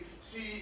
see